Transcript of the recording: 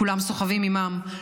שכולם סוחבים עימם,